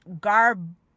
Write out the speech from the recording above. garbage